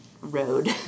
road